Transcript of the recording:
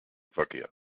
verkehr